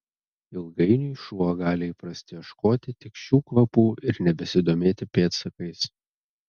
ilgainiui šuo gali įprasti ieškoti tik šių kvapų ir nebesidomėti pėdsakais